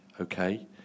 okay